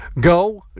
Go